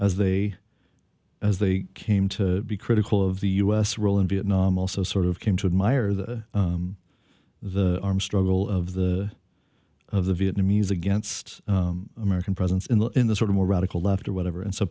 as they as they came to be critical of the u s role in vietnam also sort of came to admire the the armed struggle of the of the vietnamese against american presence in the in the sort of more radical left or whatever and so